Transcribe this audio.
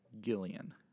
Gillian